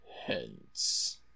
hence